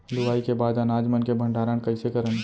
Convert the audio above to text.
लुवाई के बाद अनाज मन के भंडारण कईसे करन?